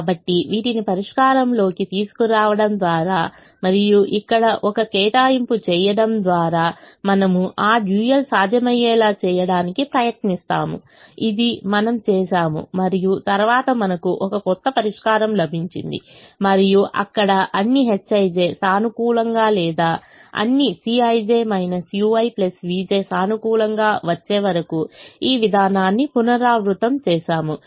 కాబట్టి వీటిని పరిష్కారంలోకి తీసుకురావడం ద్వారా మరియు ఇక్కడ ఒక కేటాయింపు చేయడం ద్వారా మనము ఆ డ్యూయల్ సాధ్యమయ్యేలా చేయడానికి ప్రయత్నిస్తాము ఇది మనం చేసాము మరియు తరువాత మనకు ఒక కొత్త పరిష్కారం లభించింది మరియు అక్కడ అన్ని hij సానుకూలంగా లేదా అన్ని Cij ui vj సానుకూలంగా వచ్చేవరకు ఈ విధానాన్ని పునరావృతం చేస్తాము